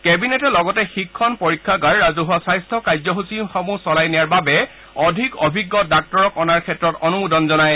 কেবিনেটে লগতে শিক্ষণ পৰীক্ষাগাৰ ৰাজহুৱা স্বাস্থ্য কাৰ্যসূচীসমূহ চলাই নিয়াৰ বাবে অধিক অভিজ্ঞ ডাক্টৰক অনাৰ ক্ষেত্ৰত অনুমোদন জনায়